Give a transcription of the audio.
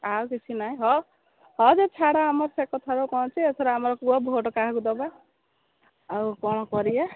ଆଉ କିଛି ନାହିଁ ହଉ ହଉ ଦେ ଛାଡ଼ ଆମର ସେ କଥାରୁ କ'ଣ ଅଛି ଏଥର ଆମର କୁହ ଭୋଟ୍ କାହାକୁ ଦେବା ଆଉ କ'ଣ କରିବା